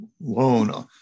loan